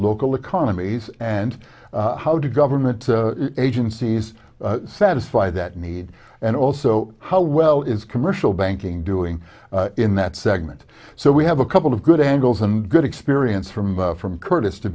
local economies and how do government agencies satisfy that need and also how well is commercial banking doing in that segment so we have a couple of good angles and good experience from from curtis to